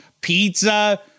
pizza